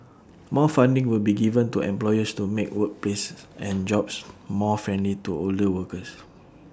more funding will be given to employers to make workplaces and jobs more friendly to older workers